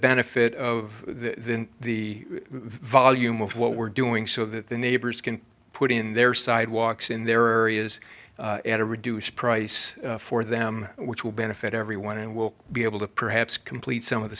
benefit of the volume of what we're doing so that the neighbors can put in their sidewalks in their areas at a reduced price for them which will benefit everyone and we'll be able to perhaps complete some of the